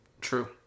true